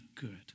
good